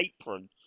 apron